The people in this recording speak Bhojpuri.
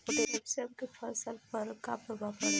पोटेशियम के फसल पर का प्रभाव पड़ेला?